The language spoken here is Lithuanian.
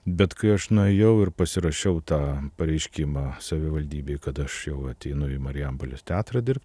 bet kai aš nuėjau ir pasirašiau tą pareiškimą savivaldybei kad aš jau ateinu į marijampolės teatrą dirbti